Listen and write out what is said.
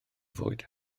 fwyd